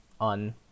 on